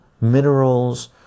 minerals